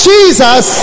Jesus